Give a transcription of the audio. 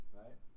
right